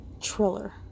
Triller